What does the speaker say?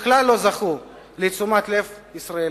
שכלל לא זכו לתשומת לב ישראלית.